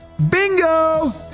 Bingo